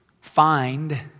find